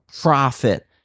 profit